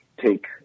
take